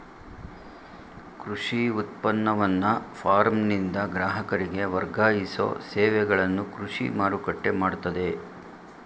ಕೃಷಿ ಉತ್ಪನ್ನವನ್ನ ಫಾರ್ಮ್ನಿಂದ ಗ್ರಾಹಕರಿಗೆ ವರ್ಗಾಯಿಸೋ ಸೇವೆಗಳನ್ನು ಕೃಷಿ ಮಾರುಕಟ್ಟೆ ಮಾಡ್ತದೆ